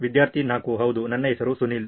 ವಿದ್ಯಾರ್ಥಿ 4 ಹೌದು ನನ್ನ ಹೆಸರು ಸುನಿಲ್